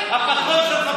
הפטרון שלך.